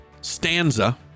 stanza